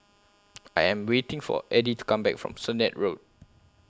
I Am waiting For Edie to Come Back from Sennett Road